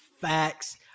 Facts